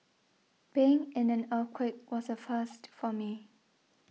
being in an earthquake was a first for me